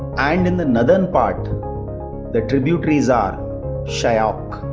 and in the northern part the tributaries are shyok,